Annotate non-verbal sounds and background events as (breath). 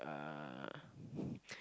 uh (breath)